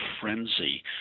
frenzy